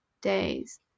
days